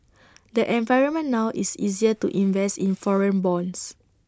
the environment now is easier to invest in foreign bonds